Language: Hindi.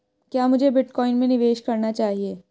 क्या मुझे बिटकॉइन में निवेश करना चाहिए?